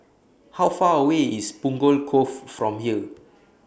How Far away IS Punggol Cove from here